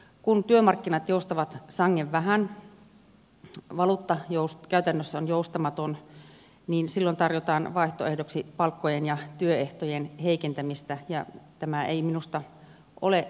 kun työmarkkinat joustavat sangen vähän valuutta käytännössä on joustamaton niin silloin tarjotaan vaihtoehdoksi palkkojen ja työehtojen heikentämistä ja tämä ei minusta ole hyvä vaihtoehto